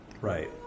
right